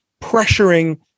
pressuring